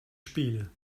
spiele